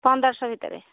ପନ୍ଦର ଶହ ଭିତରେ